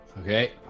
Okay